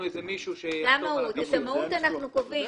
איזה מישהו --- את השמאות אנחנו קובעים.